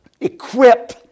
equip